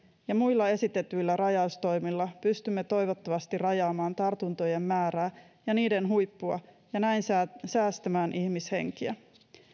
ja muilla esitetyillä rajaustoimilla pystymme toivottavasti rajaamaan tartuntojen määrää ja niiden huippua ja näin säästämään ihmishenkiä